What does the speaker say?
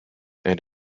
and